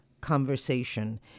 conversation